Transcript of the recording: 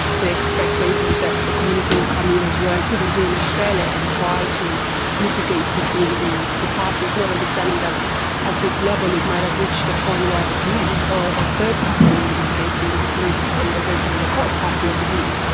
they expect maybe that the community will come in as well, even here in australia, and try to mitigate between the the parties, not understanding that at this level it might have reached a point where the police or a third party in this case being the police and eventually the courts have to intervene.